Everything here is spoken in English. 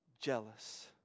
jealous